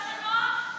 מה שנוח.